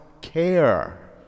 care